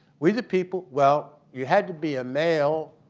we the people well, you had to be a male.